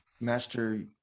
Master